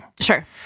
Sure